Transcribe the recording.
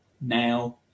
now